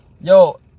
Yo